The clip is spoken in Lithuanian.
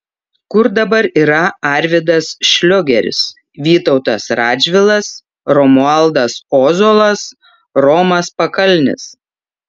kur dabar yra arvydas šliogeris vytautas radžvilas romualdas ozolas romas pakalnis